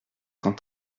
cent